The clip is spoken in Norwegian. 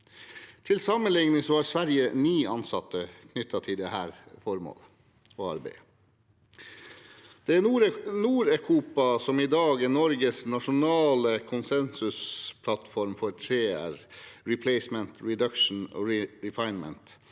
Til sammenlikning har Sverige ni ansatte knyttet til dette arbeidet. Det er Norecopa som i dag er Norges nasjonale konsensusplattform for 3R – Replacement, Reduction og Refinement